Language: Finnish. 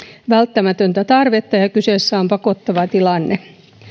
välttämätöntä tarvetta ja kyseessä on pakottava tilanne